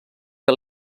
que